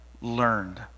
learned